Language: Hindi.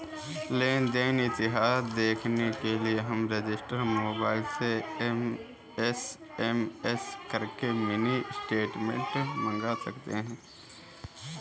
लेन देन इतिहास देखने के लिए हम रजिस्टर मोबाइल से एस.एम.एस करके मिनी स्टेटमेंट मंगा सकते है